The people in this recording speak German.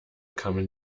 kamen